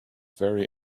very